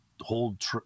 hold